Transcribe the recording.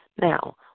Now